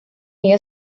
ella